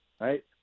right